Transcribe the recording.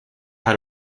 had